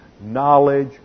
knowledge